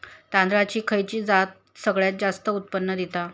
तांदळाची खयची जात सगळयात जास्त उत्पन्न दिता?